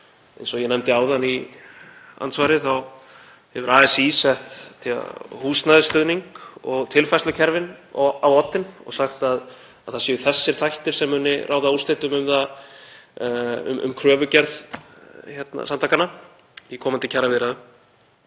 Eins og ég nefndi áðan í andsvari hefur ASÍ sett húsnæðisstuðning og tilfærslukerfin á oddinn og sagt að það séu þessir þættir sem muni ráða úrslitum um kröfugerð samtakanna í komandi kjaraviðræðum.